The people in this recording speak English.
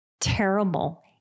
terrible